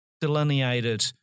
delineated